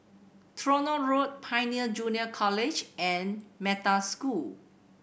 Tronoh Road Pioneer Junior College and Metta School